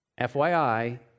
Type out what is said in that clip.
FYI